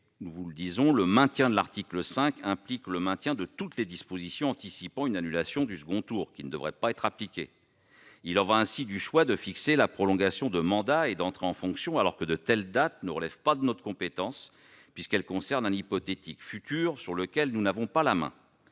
« virtuelles », mais le maintien de l'article 5 implique le maintien de toutes les dispositions anticipant une annulation du second tour qui ne devraient pas être appliquées. Il en va ainsi du choix de fixer la prolongation des mandats et des entrées en fonction alors que de telles dates ne relèvent pas de notre compétence : elles dépendent d'un hypothétique futur sur lequel nous n'avons pas la main.